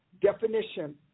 definition